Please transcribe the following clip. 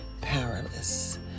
powerless